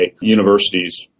universities